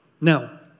Now